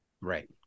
Right